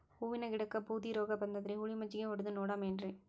ಹೂವಿನ ಗಿಡಕ್ಕ ಬೂದಿ ರೋಗಬಂದದರಿ, ಹುಳಿ ಮಜ್ಜಗಿ ಹೊಡದು ನೋಡಮ ಏನ್ರೀ?